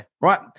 right